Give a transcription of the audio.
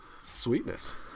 Sweetness